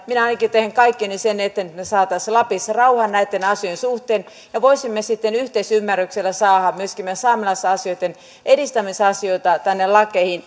minä ainakin teen kaikkeni sen eteen että me saisimme lapissa rauhan näitten asioiden suhteen ja voisimme sitten yhteisymmärryksellä saada myöskin meidän saamelaisasioittemme edistämisasioita tänne